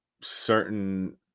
certain